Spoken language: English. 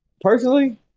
personally